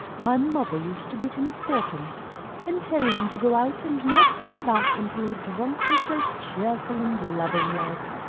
my mother used to give him fourpence and tell him to go out and not come back until he'd drunk himself cheerful and loving-like.